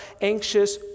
anxious